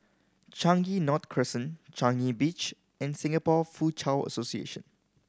Changi North Crescent Changi Beach and Singapore Foochow Association